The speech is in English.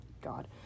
God